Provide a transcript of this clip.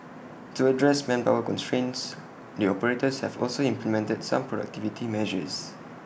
to address manpower constraints the operators have also implemented some productivity measures